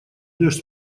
даешь